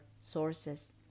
sources